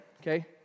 Okay